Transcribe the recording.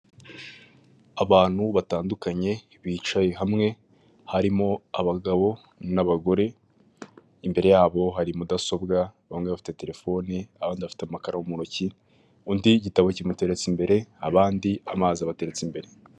Abantu batandukanye bicaye hamwe harimo abagabo n'abagore, imbere yabo hari mudasobwa; bamwe bafite telefoni abandi bafite amakaramu mu ntoki, undi igitabo kimuteretse imbere abandi amazi abateretse imbere.